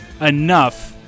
enough